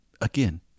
again